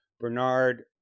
Bernard